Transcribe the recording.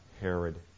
Herod